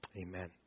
Amen